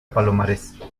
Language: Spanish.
palomares